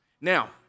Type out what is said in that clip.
Now